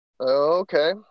Okay